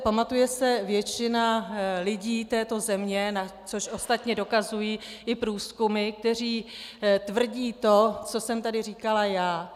Pamatuje se většina lidí této země, což ostatně dokazují i průzkumy, které tvrdí to, co jsem tady říkala já.